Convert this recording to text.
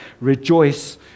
Rejoice